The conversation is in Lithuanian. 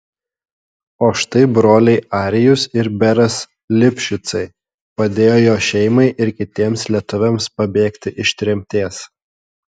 o štai broliai arijus ir beras lipšicai padėjo jo šeimai ir kitiems lietuviams pabėgti iš tremties